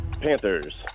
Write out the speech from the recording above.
Panthers